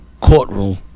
courtroom